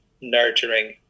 nurturing